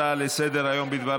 הצעה לסדר-היום מס' 10537,